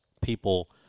people